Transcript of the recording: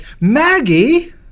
Maggie